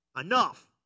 Enough